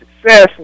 success